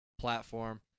platform